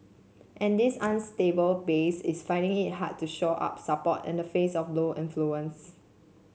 and this unstable base is finding it hard to shore up support and the face of low influence